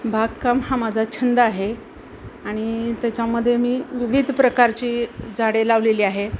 बागकाम हा माझा छंद आहे आणि त्याच्यामध्ये मी विविध प्रकारची झाडे लावलेली आहेत